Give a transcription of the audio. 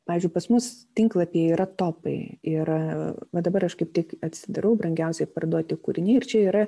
pavyzdžiui pas mus tinklapyje yra topai ir va dabar aš kaip tik atsidarau brangiausiai parduoti kūriniai ir čia yra